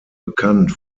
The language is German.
bekannt